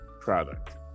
product